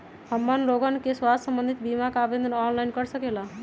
हमन लोगन के स्वास्थ्य संबंधित बिमा का आवेदन ऑनलाइन कर सकेला?